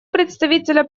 представителя